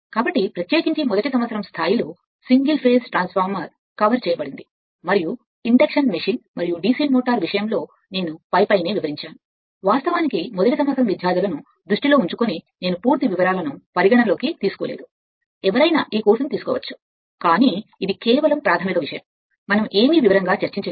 కాబట్టి ప్రత్యేకించి single phase transformer మొదటి సంవత్సరం స్థాయిలో కవర్ చేయబడింది మరియు ఇండక్షన్ మెషిన్ మరియు డిసి మోటారు కేవలం నేను చెప్పాను నేను వివరాలను పరిగణనలోకి తీసుకోలేదు వాస్తవానికి మొదటి సంవత్సరంలో ఉండవచ్చు లేదా ఎవరైనా తీసుకోవచ్చు ఈ కోర్సు కానీ ఇది కేవలం ప్రాథమిక విషయం మనం ఏమీ చర్చించలేదు